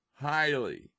highly